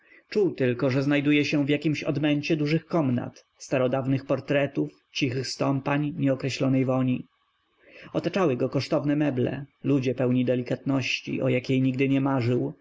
czuł tylko że znajduje się w jakimś odmęcie dużych komnat starodawnych portretów cichych stąpań nieokreślonej woni otaczały go kosztowne meble ludzie pełni delikatności o jakiej nigdy nie marzył